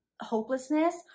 hopelessness